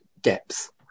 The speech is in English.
depth